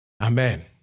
Amen